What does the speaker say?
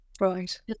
Right